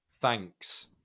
thanks